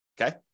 okay